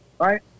right